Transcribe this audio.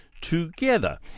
together